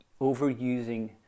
overusing